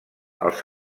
els